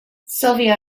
sylvia